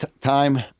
time